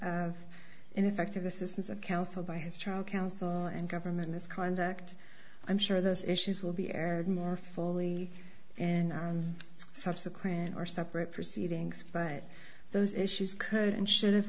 and ineffective assistance of counsel by his trial counsel and government misconduct i'm sure those issues will be aired more fully and subsequent or separate proceedings but those issues could and should have